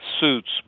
suits